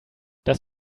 does